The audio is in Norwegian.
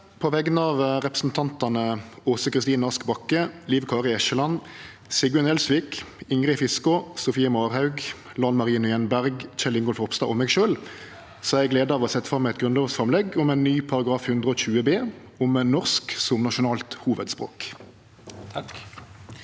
På vegner av re- presentantane Åse Kristin Ask Bakke, Liv Kari Eskeland, Sigbjørn Gjelsvik, Ingrid Fiskaa, Sofie Marhaug, Lan Marie Nguyen Berg, Kjell Ingolf Ropstad og meg sjølv har eg gleda av å setje fram eit grunnlovsframlegg om ny § 120 b, om norsk som nasjonalt hovudspråk.